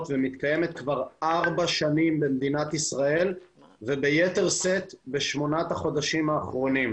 ומתקיימת כבר ארבע שנים במדינת ישראל וביתר שאת בשמונת החודשים האחרונים.